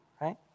right